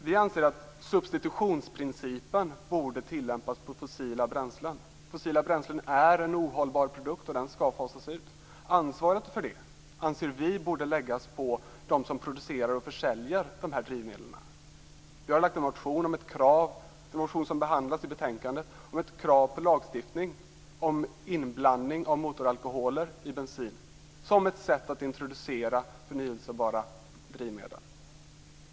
Vi anser att substitutionsprincipen borde tillämpas på fossila bränslen. Fossila bränslen är ohållbara produkter, och de skall fasas ut. Ansvaret för det anser vi borde läggas på dem som producerar och försäljer de här drivmedlen. Vi har lagt fram en motion som behandlas i betänkandet om ett krav på lagstiftning om inblandning av motoralkoholer i bensin som ett sätt att introducera förnybara drivmedel.